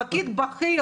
אתה פקיד בכיר,